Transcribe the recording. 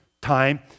time